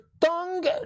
tongue